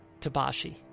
Tabashi